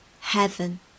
heaven